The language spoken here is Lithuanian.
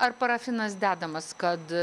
ar parafinas dedamas kad